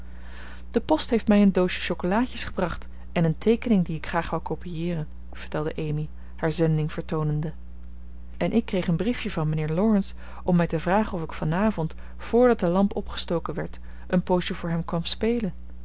de post heeft mij een doosje chocolaadjes gebracht en een teekening die ik graag wou copieeren vertelde amy haar zending vertoonende en ik kreeg een briefje van mijnheer laurence om mij te vragen of ik van avond voordat de lamp opgestoken werd een poosje voor hem kwam spelen